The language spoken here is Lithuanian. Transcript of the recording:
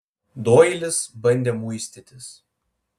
doilis bandė muistytis